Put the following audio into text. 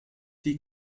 die